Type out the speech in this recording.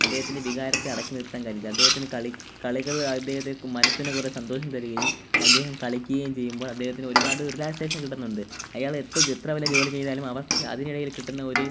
അദ്ദേഹത്തിൻ്റെ വികാരത്തെ അടക്കി നിർത്താൻ കഴിയില്ല അദ്ദേഹത്തിനു കളി കളികൾ അദ്ദേഹത്തെ മനസ്സിനു കുറേ സന്തോഷം തരികയും അദ്ദേഹം കളിക്കയും ചെയ്യുമ്പോൾ അദ്ദേഹത്തിന് ഒരുപാട് റിലാക്സേഷൻ കിട്ടുന്നുണ്ട് അയാൾ എത്ര എത്ര വലിയ ജോലി ചെയ്താലും അവർക്ക് അതിനിടയിൽ കിട്ടുന്ന ഒരു